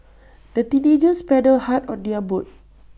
the teenagers paddled hard on their boat